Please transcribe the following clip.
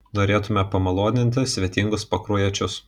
norėtume pamaloninti svetingus pakruojiečius